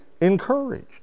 encouraged